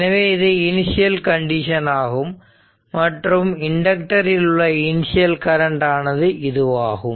எனவே இது initial condition ஆகும் மற்றும் இண்டக்டர் இல் உள்ள இனிஷியல் கரண்ட் ஆனது இதுவாகும்